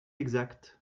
exact